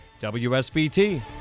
WSBT